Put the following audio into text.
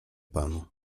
panu